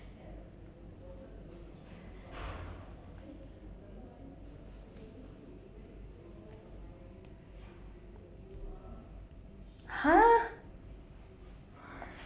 !huh!